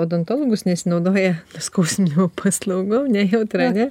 odontologus nesinaudoja nuskausminimo paslauga nejautra ane